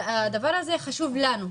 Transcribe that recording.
הדבר הזה חשוב לנו,